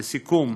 לסיכום,